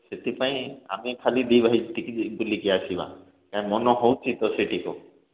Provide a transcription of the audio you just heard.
ସେଥିପାଇଁ ଆମେ ଖାଲି ଦୁଇ ଭାଇ ସେଠିକି ବୁଲିକି ଆସିବା କାଇଁ ମନ ହେଉଛି ତ ସେଇଠିକୁ